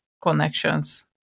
connections